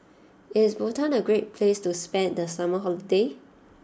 is Bhutan a great place to spend the summer holiday